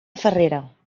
farrera